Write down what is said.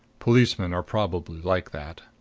policemen are probably like that.